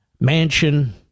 mansion